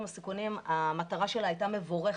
המטרה שלה הייתה מבורכת,